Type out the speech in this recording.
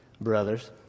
brothers